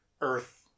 Earth